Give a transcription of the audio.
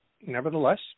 nevertheless